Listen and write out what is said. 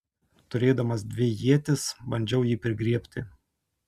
turėdamas dvi ietis bandžiau jį prigriebti